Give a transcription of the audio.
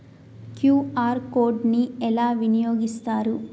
QR code ని ఎలా వినియోగిస్తారు?